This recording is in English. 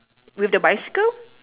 with the bicycle